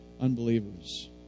unbelievers